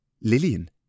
Lillian